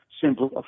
simply